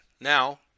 now